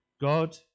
God